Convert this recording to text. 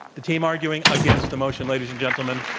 the team arguing against the motion, ladies and gentlemen.